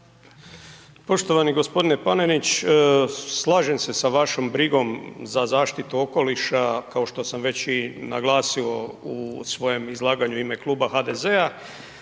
Poštovani g. Panenić, slažem se sa vašom brigom za zaštitu okoliša kao što sam već i naglasio u svojem izlaganju ime kluba HDZ-a,